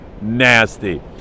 nasty